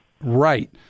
Right